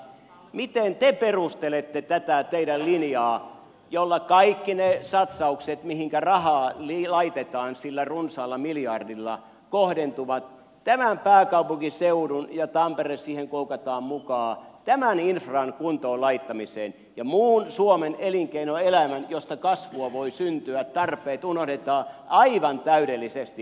miten te perustelette tätä teidän linjaanne jolla kaikki ne satsaukset mihinkä rahaa laitetaan sillä runsaalla miljardilla kohdentuvat tämän pääkaupunkiseudun ja tampere siihen koukataan mukaan infran kuntoon laittamiseen ja muun suomen elinkeinoelämän josta kasvua voi syntyä tarpeet unohdetaan aivan täydellisesti